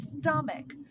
stomach